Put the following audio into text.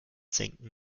senken